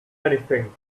anything